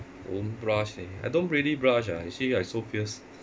don't blush leh I don't really blush ah see I so fierce